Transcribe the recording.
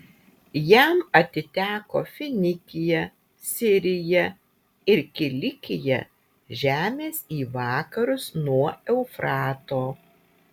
jam atiteko finikija sirija ir kilikija žemės į vakarus nuo eufrato